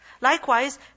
Likewise